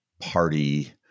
party